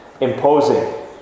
imposing